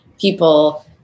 people